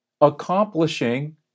accomplishing